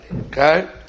okay